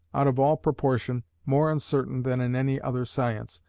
out of all proportion, more uncertain than in any other science,